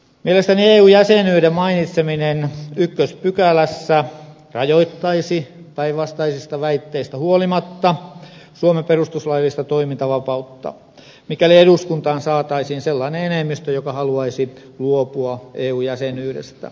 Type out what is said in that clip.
mielestäni eu jäsenyyden mainitseminen ykköspykälässä rajoittaisi päinvastaisista väitteistä huolimatta suomen perustuslaillista toimintavapautta mikäli eduskuntaan saataisiin sellainen enemmistö joka haluaisi luopua eu jäsenyydestä